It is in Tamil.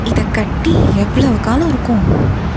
இதை கட்டி எவ்வளவு காலம் இருக்கும்